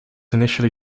initially